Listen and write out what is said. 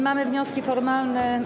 Mamy wnioski formalne.